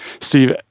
steve